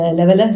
level